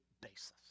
basis